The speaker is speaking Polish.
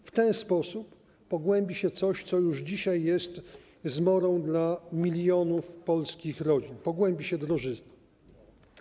W ten sposób pogłębi się coś, co już dzisiaj jest zmorą dla milionów polskich rodzin - pogłębi się drożyzna.